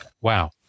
Wow